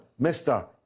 Mr